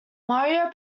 mario